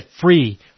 free